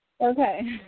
Okay